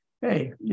Hey